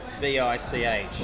V-I-C-H